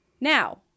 Now-